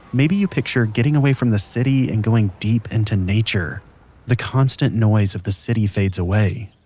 maybe you picture getting away from the city and going deep into nature the constant noise of the city fades away,